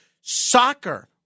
soccer